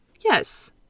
Yes